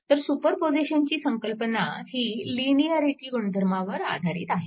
तर सुपरपोजिशनची संकल्पना ही लिनिअरिटी गुणधर्मावर आधारित आहे